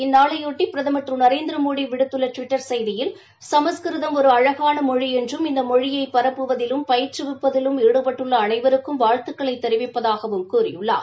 இந்நாளையொட்டி பிரதமா் திரு நரேந்திரமோடி விடுத்துள்ள டுவிட்டர் செய்தியில் சமஸ்கிருதம் ஒரு மொழி என்றும் இந்த மொழியை பரப்புவதிலும் பயிற்றுவிப்பதிலும் ஈடுபட்டுள்ள அழகான அனைவருக்கும் வாழ்த்துக்களைத் தெரிவிப்பதாகவும் கூறியுள்ளார்